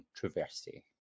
controversy